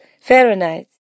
Fahrenheit